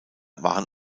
waren